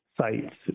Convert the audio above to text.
sites